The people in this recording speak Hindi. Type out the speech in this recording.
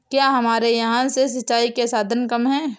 क्या हमारे यहाँ से सिंचाई के साधन कम है?